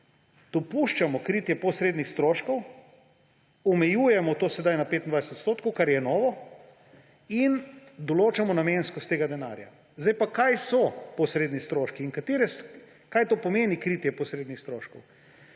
dopuščamo kritje posrednih stroškov, omejujemo to sedaj na 25 %, kar je novo, in določamo namenskost tega denarja. Kaj pa so posredni stroški in kaj pomeni kritje posrednih stroškov?